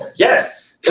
yes!